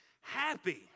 Happy